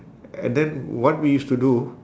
and then what we used to do